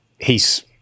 he's-